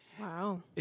Wow